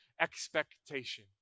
expectation